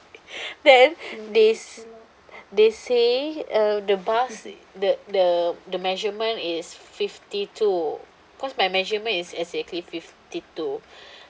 then they they say uh the bust the the the measurement is fifty two because my measurement is exactly fifty two